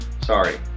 sorry